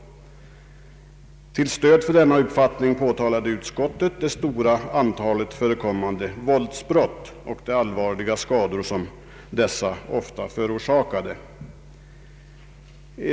Till stöd för denna uppfattning påtalade utskottet det stora antalet förekommande våldsbrott och de allvarliga skador som dessa ofta förorsakade.